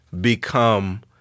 become